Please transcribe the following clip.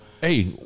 Hey